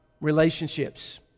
relationships